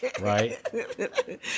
right